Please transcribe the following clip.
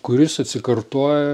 kuris atsikartoja